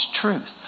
truth